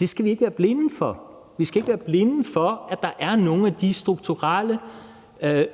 Det skal vi ikke være blinde for. Vi skal ikke være blinde for, at der er en strukturel